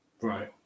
Right